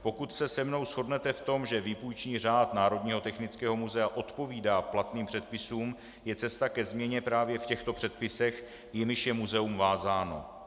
Pokud se se mnou shodnete v tom, že výpůjční řád Národního technického muzea odpovídá platným předpisům, je cesta ke změně právě v těchto předpisech, jimiž je muzeum vázáno.